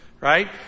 Right